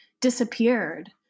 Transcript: disappeared